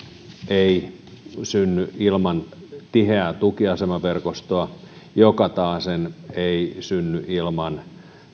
ei synny ilman tiheää tukiasemaverkostoa joka taasen ei synny ilman